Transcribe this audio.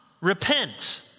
repent